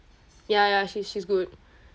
ya ya she she's good